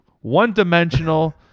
One-dimensional